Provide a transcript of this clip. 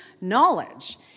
knowledge